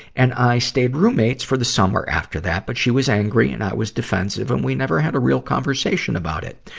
and i stayed roommates for the summer after that, but she was angry, and i was defensive, and we never had a real conversation about it.